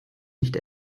nicht